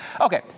Okay